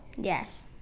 Yes